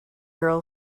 girl